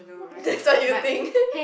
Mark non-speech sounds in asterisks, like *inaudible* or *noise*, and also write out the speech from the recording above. that's what you think *laughs*